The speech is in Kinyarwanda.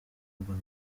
urban